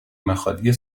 مخالی